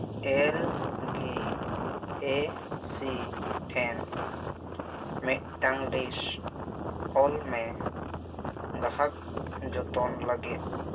L G A C ᱴᱷᱮᱱ ᱢᱤᱫᱴᱟᱝ list ᱠᱚᱞ ᱢᱮ ᱜᱟᱦᱟᱠ ᱡᱚᱛᱚᱱ ᱞᱟᱹᱜᱤᱫ